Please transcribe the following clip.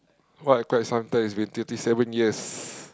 !wah! quite some time been thirty seven years